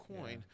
coin